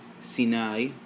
Sinai